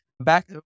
Back